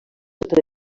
sota